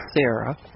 Sarah